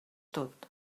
tot